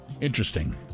Interesting